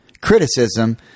criticism